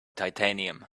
titanium